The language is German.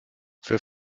für